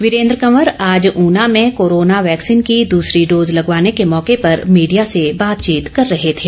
वीरेन्द्र कंवर आज ऊना में corona vaccine की दूसरी डोज़ लगवाने के मौके पर मीडिया से बातचीत कर रहे थे